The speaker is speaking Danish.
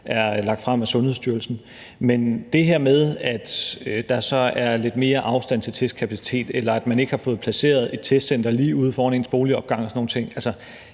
er lagt frem af Sundhedsstyrelsen. Men det her med, at der så er lidt mere afstand til testkapacitet, eller at man ikke har fået placeret et testcenter lige ude foran ens boligopgang og sådan nogle ting,